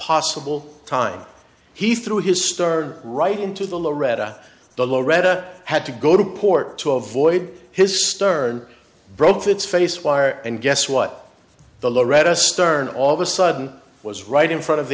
possible time he threw his star right into the loretta below retta had to go to port to avoid his stern broken fits face wire and guess what the loretta stern all of a sudden was right in front of